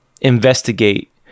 investigate